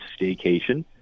staycation